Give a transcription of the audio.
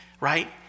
right